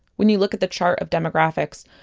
when you look at the chart of demographics,